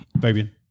Fabian